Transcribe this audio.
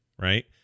right